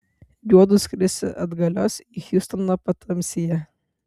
juodu skrisią atgalios į hjustoną patamsyje